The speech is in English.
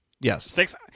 Yes